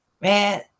Man